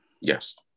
Yes